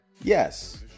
yes